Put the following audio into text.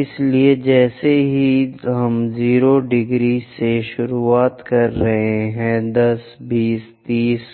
इसलिए जैसा कि हम 0 ° से शुरुआत कर रहे हैं 10 20 30